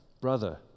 brother